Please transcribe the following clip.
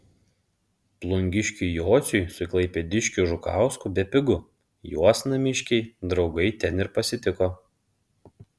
plungiškiui jociui su klaipėdiškiu žukausku bepigu juos namiškiai draugai ten ir pasitiko